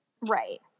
right